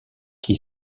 qui